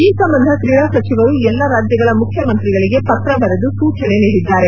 ಈ ಸಂಬಂಧ ಕ್ರೀಡಾಸಚಿವರು ಎಲ್ಲ ರಾಜ್ಲಗಳ ಮುಖ್ಯಮಂತ್ರಿಗಳಿಗೆ ಪತ್ರ ಬರೆದು ಸೂಚನೆ ನೀಡಿದ್ದಾರೆ